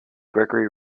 gregory